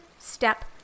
step